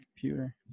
Computer